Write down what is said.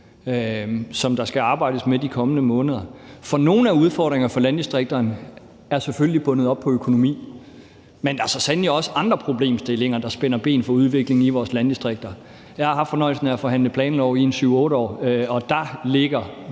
som der skal arbejdes med de kommende måneder. For nogle af udfordringerne for landdistrikterne er selvfølgelig bundet op på økonomi, men der er så sandelig også andre problemstillinger, der spænder ben for udviklingen i vores landdistrikter. Jeg har haft fornøjelsen af at forhandle planlov i 7-8 år, og der ligger